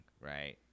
right